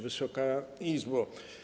Wysoka Izbo!